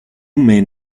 men